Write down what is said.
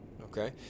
okay